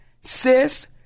Sis